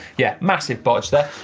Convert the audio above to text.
yeah, massive bodge there.